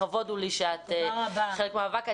לכבוד הוא לי שאת חלק מהמאבק.